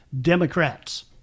Democrats